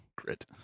Grit